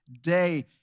day